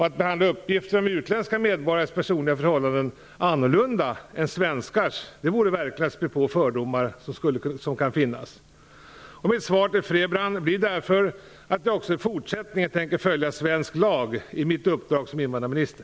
Att behandla uppgifter om utländska medborgares personliga förhållanden annorlunda än svenskars vore verkligen att spä på fördomar som kan finnas. Mitt svar till Rose-Marie Frebran blir därför att jag också i fortsättningen tänker följa svensk lag i mitt uppdrag som invandrarminister.